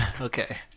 Okay